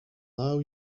now